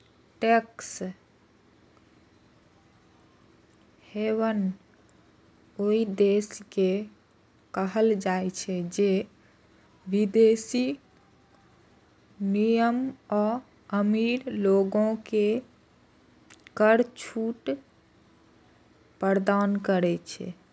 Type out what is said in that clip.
tax haven ओइ देश के कहल जाइ छै, जे विदेशी निगम आ अमीर लोग कें कर छूट प्रदान करै छै